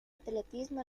atletismo